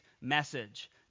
message